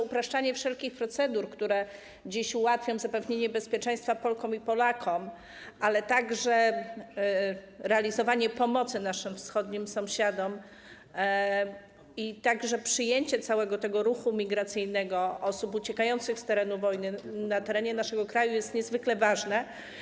Upraszczanie wszelkich procedur, które dziś ułatwią zapewnienie bezpieczeństwa Polkom i Polakom, ale także udzielanie pomocy naszym wschodnim sąsiadom i przyjęcie całego ruchu migracyjnego, osób uciekających z terenu wojny do naszego kraju, jest niezwykle ważne.